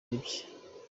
ibye